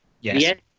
Yes